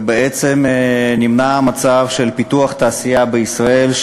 ובעצם נמנע מצב של פיתוח תעשייה בישראל,